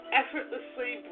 effortlessly